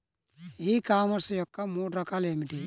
ఈ కామర్స్ యొక్క మూడు రకాలు ఏమిటి?